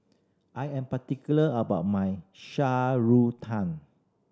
I am particular about my shan tang